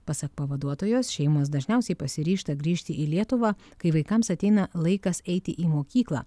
pasak pavaduotojos šeimos dažniausiai pasiryžta grįžti į lietuvą kai vaikams ateina laikas eiti į mokyklą